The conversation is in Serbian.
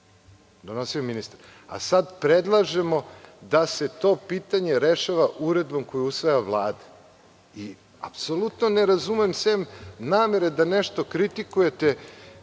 donosio ministar, a sada predlažemo da se to pitanje rešava uredbom koju usvaja Vlada. Apsolutno ne razumem, sem namere da nešto kritikujete,